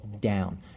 down